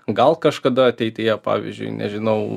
gal kažkada ateityje pavyzdžiui nežinau